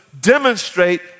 demonstrate